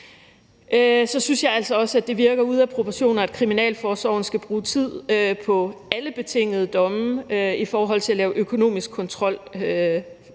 Så synes jeg altså også, at det virker ude af proportioner, at kriminalforsorgen skal bruge tid på alle betingede domme i forhold til at lave økonomisk kontrol